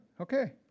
okay